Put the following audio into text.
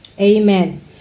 Amen